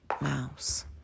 mouse